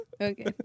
Okay